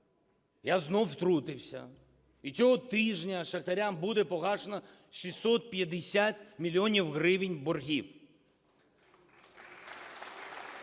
я знову втрутився. І цього тижня шахтарям буде погашено 650 мільйонів гривень боргів.